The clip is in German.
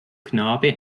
knabe